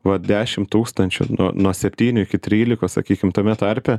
va dešim tūkstančių nuo nuo septynių iki trylikos sakykim tame tarpe